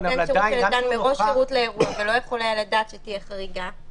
נותן שירות שנתן מראש שירות לאירוע ולא יכול היה לדעת שתהיה חריגה,